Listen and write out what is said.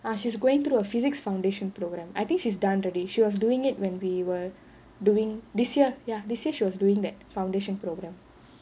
ah she's going through a physics foundation program I think she's done today she was doing it when we were doing this year ya this year she was doing that foundation programme